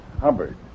Hubbard